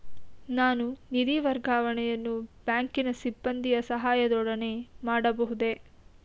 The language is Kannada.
ನಾನು ನಿಧಿ ವರ್ಗಾವಣೆಯನ್ನು ಬ್ಯಾಂಕಿನ ಸಿಬ್ಬಂದಿಯ ಸಹಾಯದೊಡನೆ ಮಾಡಬಹುದೇ?